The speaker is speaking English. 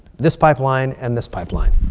this pipeline and this pipeline.